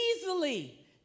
Easily